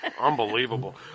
Unbelievable